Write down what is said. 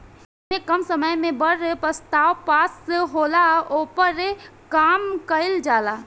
ऐमे कम समय मे बड़ प्रस्ताव पास होला, ओपर काम कइल जाला